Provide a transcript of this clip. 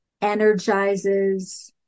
energizes